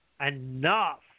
enough